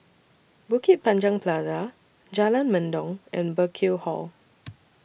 Bukit Panjang Plaza Jalan Mendong and Burkill Hall